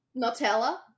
Nutella